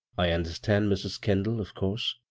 i understand, mrs. kendall, of course.